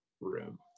room